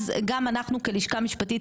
אם הנורמה היא שמחלקים לסיעות, אז מחלקים לסיעות,